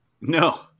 no